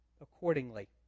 accordingly